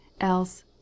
Else